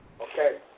Okay